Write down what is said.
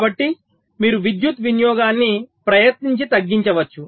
కాబట్టి మీరు విద్యుత్ వినియోగాన్ని ప్రయత్నించి తగ్గించవచ్చు